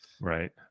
right